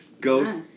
Ghost